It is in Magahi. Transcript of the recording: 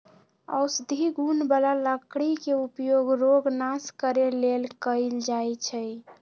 औषधि गुण बला लकड़ी के उपयोग रोग नाश करे लेल कएल जाइ छइ